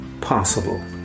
possible